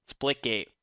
Splitgate